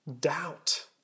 doubt